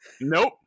Nope